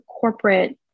corporate